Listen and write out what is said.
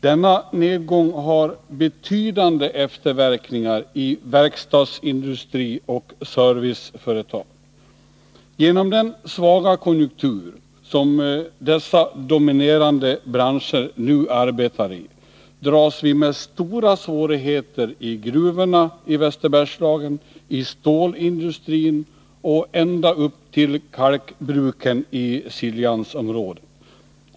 Denna nedgång har betydande efterverkningar i verkstadsindustri och serviceföretag. På grund av den svaga konjunktur som dessa dominerande branscher nu arbetar i dras vi med stora svårigheter i gruvorna i Västerbergslagen, i stålindustrin och ända upp till kalkbruken i Siljansområdet.